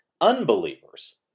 unbelievers